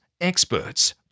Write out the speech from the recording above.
experts